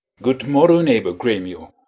good morrow, neighbour gremio.